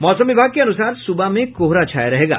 मौसम विभाग के अनुसार सुबह में कोहरा छाया रहेगा